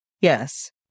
Yes